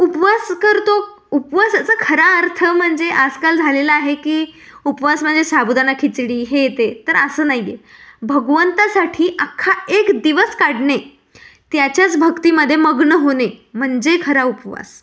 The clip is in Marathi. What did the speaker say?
उपवास करतो उपवासाचा खरा अर्थ म्हणजे आजकाल झालेला आहे की उपवास म्हणजे साबुदाणा खिचडी हे ते तर असं नाही आहे भगवंतासाठी अख्खा एक दिवस काढणे त्याच्याच भक्तीमधे मग्न होने म्हणजे खरा उपवास